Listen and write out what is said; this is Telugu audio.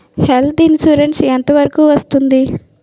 హెల్త్ ఇన్సురెన్స్ ఎంత వరకు వస్తుంది?